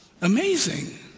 Amazing